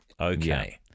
Okay